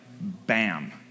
bam